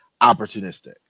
opportunistic